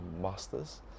masters